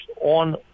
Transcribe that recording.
on